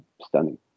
stunning